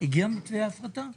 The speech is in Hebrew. את מתווה ההפרטה שלחתם?